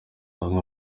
bamwe